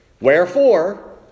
Wherefore